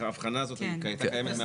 ההבחנה הזאת הייתה קיימת.